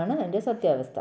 ആണ് അതിൻ്റെ സത്യാവസ്ഥ